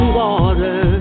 water